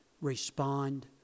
respond